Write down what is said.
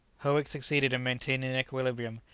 howick succeeded in maintaining equilibrium,